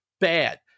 bad